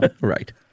Right